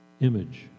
image